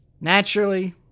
Naturally